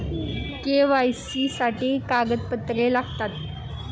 KYC साठी काय कागदपत्रे लागतात?